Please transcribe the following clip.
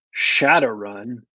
Shadowrun